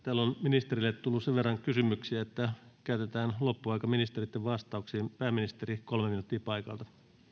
täällä on ministereille tullut sen verran kysymyksiä että käytetään loppuaika ministereitten vastauksiin pääministeri kolme minuuttia paikalta